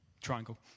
Triangle